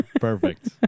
Perfect